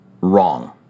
wrong